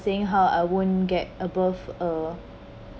saying how I won't get above uh